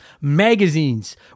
magazines